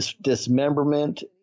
dismemberment